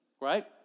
right